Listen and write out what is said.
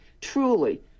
Truly